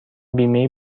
بیمه